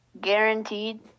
Guaranteed